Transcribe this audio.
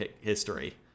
history